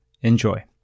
Enjoy